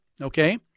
okay